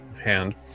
hand